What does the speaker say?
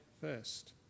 first